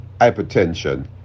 hypertension